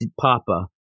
Papa